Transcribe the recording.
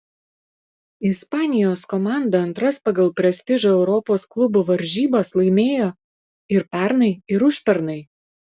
ispanijos komanda antras pagal prestižą europos klubų varžybas laimėjo ir pernai ir užpernai